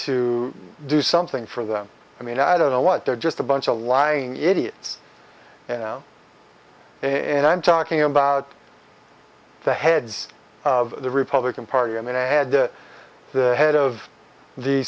to do something for them i mean i don't know what they're just a bunch a lying idiots and i'm talking about the heads of the republican party i mean i had the head of the